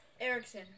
Erickson